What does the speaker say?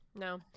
no